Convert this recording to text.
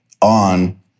on